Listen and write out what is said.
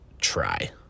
try